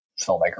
filmmaker